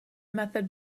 method